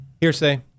Hearsay